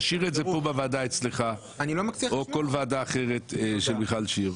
תשאיר את זה פה בוועדה אצלך או כל ועדה אחרת כמו של מיכל שיר,